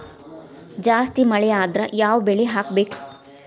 ಜಾಸ್ತಿ ಮಳಿ ಆದ್ರ ಯಾವ ಬೆಳಿ ಹಾಕಬೇಕು?